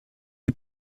die